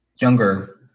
younger